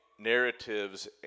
narratives